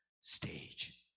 stage